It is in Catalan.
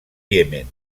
iemen